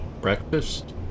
breakfast